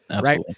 right